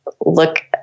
look